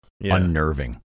unnerving